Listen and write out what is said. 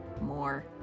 More